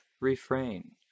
refrain